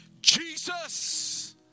Jesus